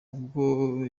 ubwo